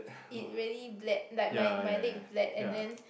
it really bled like my my leg bled and then